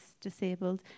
disabled